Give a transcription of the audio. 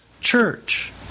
church